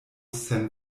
sen